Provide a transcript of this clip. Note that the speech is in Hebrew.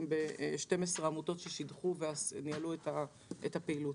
ב-12 עמותות ששידכו וניהלו את הפעילות.